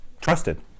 trusted